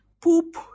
poop